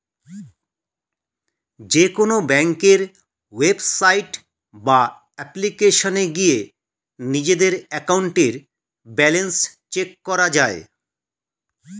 যেকোনো ব্যাংকের ওয়েবসাইট বা অ্যাপ্লিকেশনে গিয়ে নিজেদের অ্যাকাউন্টের ব্যালেন্স চেক করা যায়